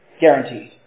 Guaranteed